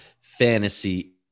fantasy